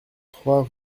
trois